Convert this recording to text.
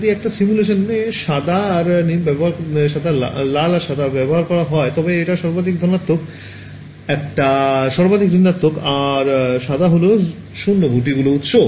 যদি একটা সিমুলেশনে লাল আর সাদা ব্যবহার করা হয় তবে একটা হবে সর্বাধিক ধনাত্মক একটা সর্বাধিক ঋণাত্মক আর সাদা হল ০ বুটি গুলো উৎস